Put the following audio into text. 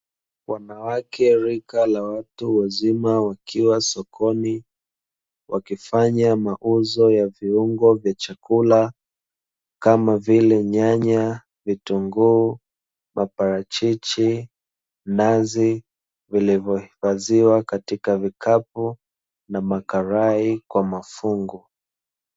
Wanawake wa rika la watu wazima wakiwa sokoni wakifanya mauzo ya viungo vya chakula kama vile nyanya, vitunguu, maparachichi, nazi vilivyohifadhiwa katika vikapu na makarai kwa mafungu.